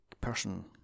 person